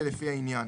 לפי העניין: